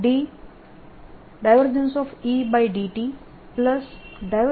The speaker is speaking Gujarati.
Et